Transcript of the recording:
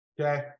okay